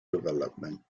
development